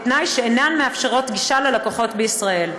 בתנאי שאינן מאפשרות גישה ללקוחות בישראל.